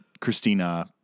Christina